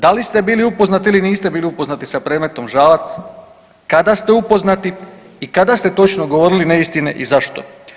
Da li ste bili upoznati ili niste bili upoznati sa predmetom Žalac, kada ste upoznati i kada ste točno govorili neistine i zašto?